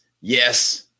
Yes